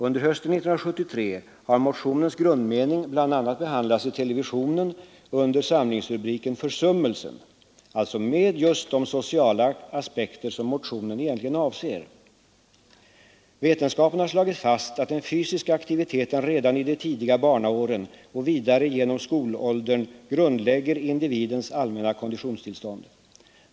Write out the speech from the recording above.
Under hösten 1973 har motionens grundmening bl.a. behandlats i televisionen under samlingsrubriken ”Försummelsen”, alltså just med de sociala aspekter som motionen egentligen avser. Vetenskapen har slagit fast att den fysiska aktiviteten redan i de tidiga barnaåren och vidare genom skolåldern grundlägger individens allmänna konditionstillstånd.